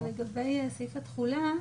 ולגבי סעיף התחולה,